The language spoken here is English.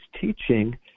teaching